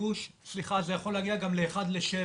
זה יכול להגיע גם לאחד לשבע.